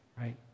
right